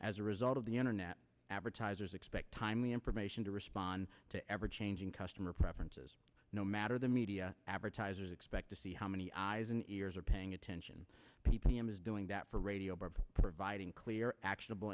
as a result of the internet advertisers expect timely information to respond to ever changing customer preferences no matter the media advertisers expect to see how many eyes and ears are paying attention p p m is doing that for radio bob providing clear act